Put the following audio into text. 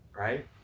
Right